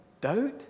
doubt